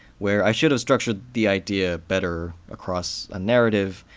where i should've structured the idea better across a narrative.